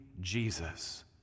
Jesus